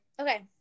okay